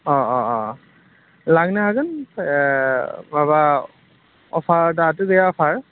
अ अ अ लांनो हागोन माबा अफार दाथ' गैया अफार